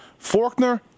Forkner